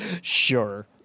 Sure